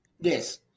Yes